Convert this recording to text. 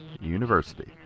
University